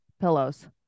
pillows